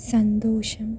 സന്തോഷം